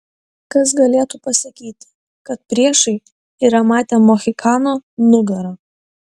kas galėtų pasakyti kad priešai yra matę mohikano nugarą